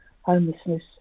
homelessness